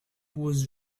was